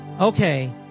okay